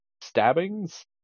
stabbings